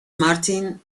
martin